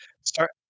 start